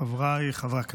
חבריי חברי הכנסת,